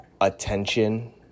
attention